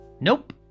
nope